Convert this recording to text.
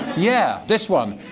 yeah, this one.